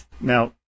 Now